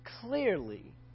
clearly